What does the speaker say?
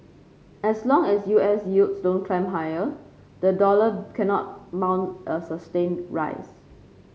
as long as U S yields don't climb higher the dollar cannot mount a sustained rise